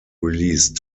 released